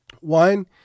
One